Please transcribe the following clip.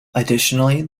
additionally